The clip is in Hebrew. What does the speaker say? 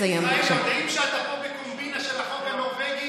אזרחי ישראלי יודעים שאתה פה בקומבינה של החוק הנורבגי